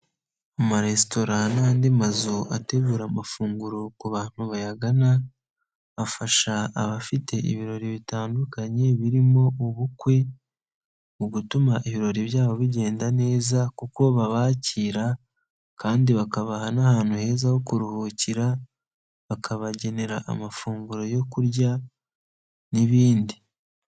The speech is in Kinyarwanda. Amaresitora n'andi mazu ategura amafunguro ku bantu bayagana, afasha abafite ibirori bitandukanye birimo ubukwe mu gutuma ibirori byabo bigenda neza kuko babakira kandi bakabaha n'ahantu heza ho kuruhukira, bakabagenera amafunguro yo kurya n'ibindi.